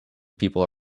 people